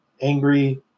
angry